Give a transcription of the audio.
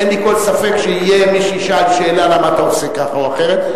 אין לי כל ספק שיהיה מי שישאל שאלה למה אתה עושה כך או אחרת.